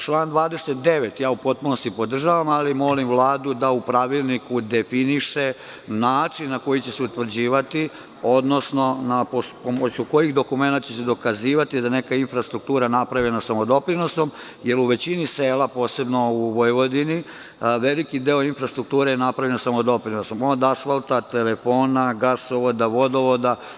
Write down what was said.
Član 29. u potpunosti podržavam, ali molim Vladu da u pravilniku definiše način na koji će se utvrđivati, odnosno pomoću kojih dokumenata će se dokazivati da je neka infrastruktura napravljena samodoprinosom, jer u većini sela, posebno u Vojvodini, veliki deo infrastrukture je napravljen samodoprinosom, od asfalta, telefona, gasovoda, vodovoda.